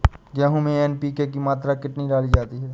गेहूँ में एन.पी.के की मात्रा कितनी डाली जाती है?